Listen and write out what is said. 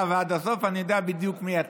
ועד הסוף ואני יודע בדיוק מי אתה.